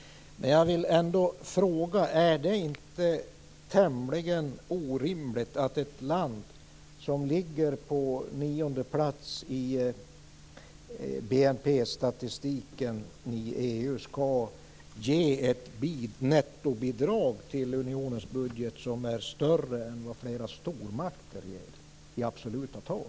Men jag vill ändå fråga om det inte är tämligen orimligt att ett land som ligger på nionde plats i BNP statistiken i EU skall ge ett nettobidrag till unionens budget som är större än vad flera stormakter ger i absoluta tal.